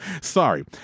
sorry